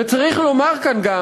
וצריך לומר כאן גם,